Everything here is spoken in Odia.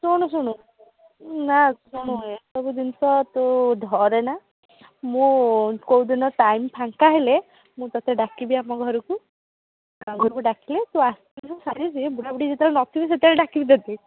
ଶୁଣୁ ଶୁଣୁ ନା ଶୁଣୁ ଏ ସବୁ ଜିନିଷ ତୁ ଧରେନା ମୁଁ କେଉଁ ଦିନ ଟାଇମ୍ ଫାଙ୍କା ହେଲେ ମୁଁ ତୋତେ ଡାକିବି ଆମ ଘରକୁ ଆମ ଘରକୁ ଡାକିଲେ ତୁ ଆସିବୁ ଆରେ ସେ ବୁଢ଼ାବୁଢ଼ୀ ଯେତେବେଳେ ନ ଥିବେ ସେତେବେଳେ ଡାକିବି ତୋତେ